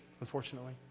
unfortunately